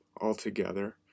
altogether